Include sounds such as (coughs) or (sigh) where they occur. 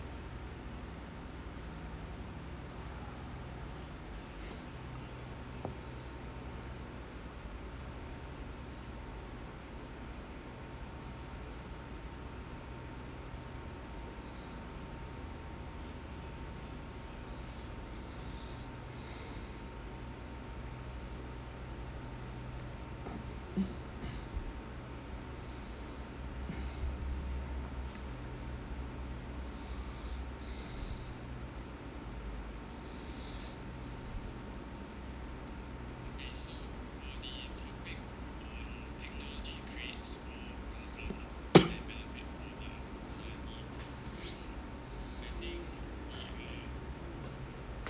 (breath) (coughs)